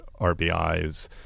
RBIs